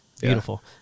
Beautiful